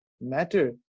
matter